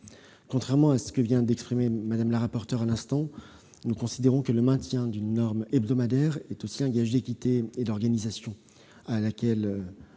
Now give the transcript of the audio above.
Contrairement à ce que vient d'exprimer Mme la rapporteur à l'instant, nous considérons que le maintien d'une norme hebdomadaire est un gage d'équité et d'organisation auquel le